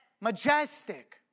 majestic